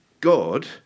God